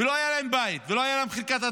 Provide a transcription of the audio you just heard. ולא היה להם בית ולא הייתה להם חלקת אדמה.